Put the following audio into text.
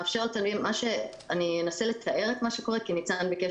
אני אנסה לתאר את מה שקורה כי היושב-ראש ביקש